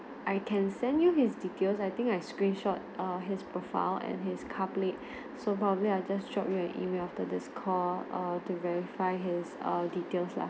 I can send you his details I think I screenshot err his profile and his car plate so probably I'll just drop you an email after this call err to verify his err details lah